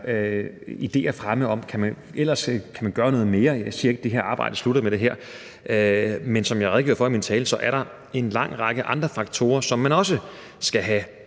ideer fremme om, at man kan gøre noget mere. Jeg siger ikke, at det her arbejde slutter med det her. Men som jeg redegjorde for i min tale, er der en lang række andre faktorer, som man også skal have